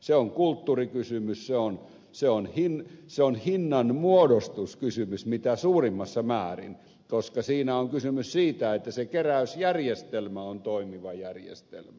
se on kulttuurikysymys se on hinnanmuodostuskysymys mitä suurimmassa määrin koska siinä on kysymys siitä että se keräysjärjestelmä on toimiva järjestelmä